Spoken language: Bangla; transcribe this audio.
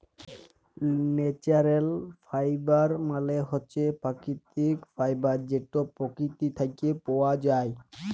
ল্যাচারেল ফাইবার মালে হছে পাকিতিক ফাইবার যেট পকিতি থ্যাইকে পাউয়া যায়